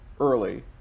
early